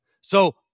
So-